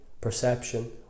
perception